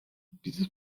dieses